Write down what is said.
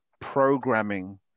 programming